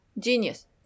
genius